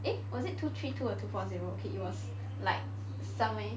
eh was it two three two or two four zero okay it was like somewhere